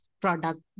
product